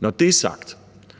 Når det er sagt,